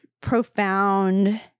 profound